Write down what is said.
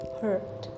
hurt